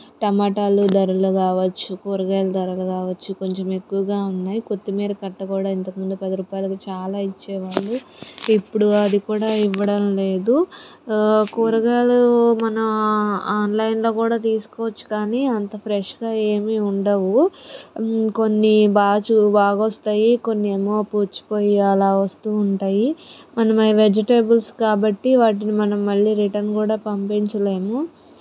టమాటాలు ధరలు కావచ్చు కూరగాయలు ధరలు కావచ్చు కొంచెం ఎక్కువగా ఉన్నాయి కొత్తిమీర కట్ట కూడా ఇంతకు ముందు పది రూపాయలు చాలా ఇచ్చేవాళ్ళు ఇప్పుడు అది కూడా ఇవ్వడం లేదు కూరగాయలు మన ఆన్లైన్లో కూడా తీసుకోవచ్చు కానీ అంత ఫ్రెష్గా ఏమీ ఉండవు కొన్ని బాగా వస్తాయి కొన్ని ఏమో పుచ్చిపోయి అలా వస్తూ ఉంటాయి మనం వెజిటేబుల్స్ కాబట్టి వాటిని మనం మళ్లీ రిటర్న్ కూడా పంపించలేము